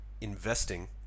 investing